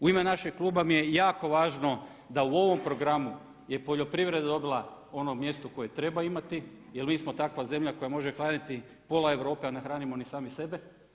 U ime našeg kluba mi je jako važno da u ovom programu je poljoprivreda dobila ono mjesto koje treba imati jer mi smo takva zemlja koja može hraniti pola Europe, a ne hranimo ni sami sebe.